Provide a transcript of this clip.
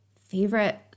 favorite